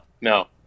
No